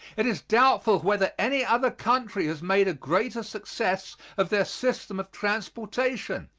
it is doubtful whether any other country has made a greater success of their system of transportation.